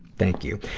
thank you.